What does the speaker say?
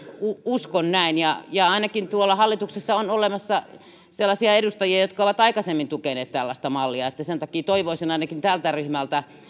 uskon näin ja ja ainakin tuolla hallituksessa on olemassa sellaisia edustajia jotka ovat aikaisemmin tukeneet tällaista mallia sen takia toivoisin ainakin tältä ryhmältä